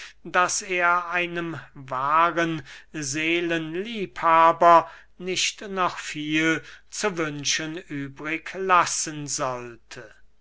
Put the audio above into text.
daß er einem wahren seelenliebhaber nicht noch viel zu wünschen übrig lassen sollte